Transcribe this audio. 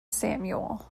samuel